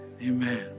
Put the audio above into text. Amen